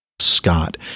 Scott